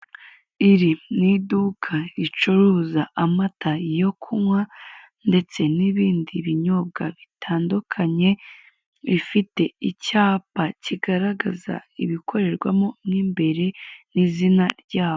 Iri ni iduka ricuruza amata yo kunywa ndetse n'ibndi binyobwa bitandukanye rifite icyapa kigaragaza ibikorerwamo mu imbere n'izina ryaho.